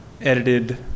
edited